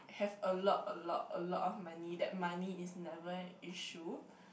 have a lot a lot a lot of money that money is never an issue